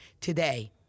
today